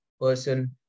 person